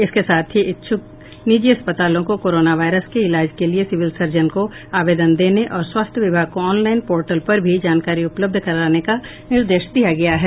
इसके साथ ही इच्छुक निजी अस्पतालों को कोरोना वायरस के इलाज के लिये सिविल सर्जन को आवेदन देने और स्वास्थ्य विभाग को ऑनलाइन पोर्टल पर भी जानकारी उपलब्ध कराने का निर्देश दिया गया है